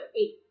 eight